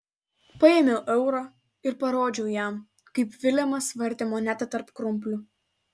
paėmiau eurą ir parodžiau jam kaip vilemas vartė monetą tarp krumplių